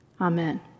Amen